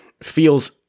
feels